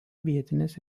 vietinės